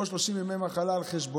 הבקשה היא עוד 30 ימי מחלה על חשבונו,